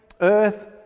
earth